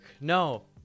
No